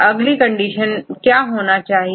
तो अगली कंडीशन क्या होना चाहिए